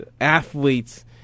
athletes